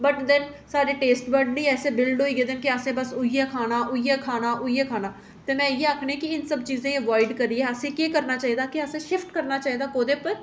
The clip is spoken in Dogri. बट दैन्न साढ़े टेस्ट बड इन्ने बिल्ड होई गेदे न कि असें उ'यै खाना उ'यै खाना उ'यै खाना ते में बस इ'यै आखनी कि एह् सब चीजां अवायड करियै असें केह् करना चाहिदा कि असें शिफ्ट करना चाहिदा कोह्दे उप्पर